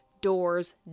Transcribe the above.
doors